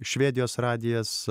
švedijos radijas